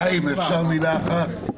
חיים, אפשר מילה אחת?